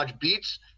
beats